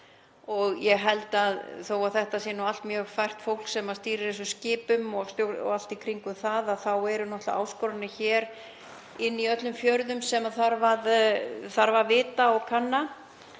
á Grænlandi og þó að þetta sé allt mjög fært fólk sem stýrir þessum skipum og allt í kringum það þá eru náttúrlega áskoranir hér inni í öllum fjörðum sem þarf að vita af og kunna.